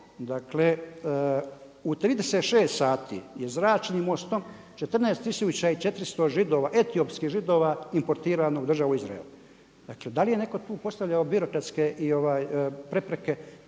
dakle u 36 sati je zračnim mostom 14400 Židova, etiopskih Židova importirano u državu Izrael. Dakle, da li je netko postavljao tu birokratske prepreke